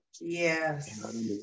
yes